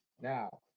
Now